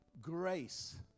grace